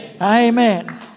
amen